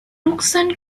tucson